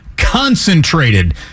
concentrated